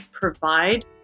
provide